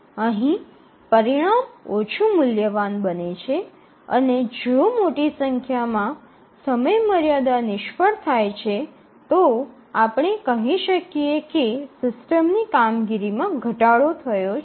અહીં પરિણામ ઓછું મૂલ્યવાન બને છે અને જો મોટી સંખ્યામાં સમયમર્યાદા નિષ્ફળ થાય છે તો આપણે કહી શકીએ કે સિસ્ટમની કામગીરીમાં ઘટાડો થયો છે